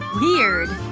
weird.